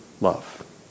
love